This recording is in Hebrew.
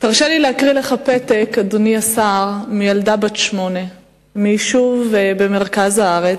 תרשו לי להקריא לכם פתק מילדה בת שמונה מיישוב במרכז הארץ,